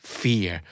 fear